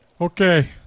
Okay